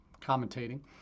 commentating